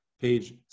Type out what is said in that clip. page